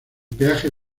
peaje